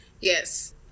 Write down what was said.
Yes